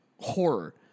horror